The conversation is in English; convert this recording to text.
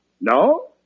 No